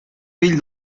fill